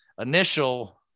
initial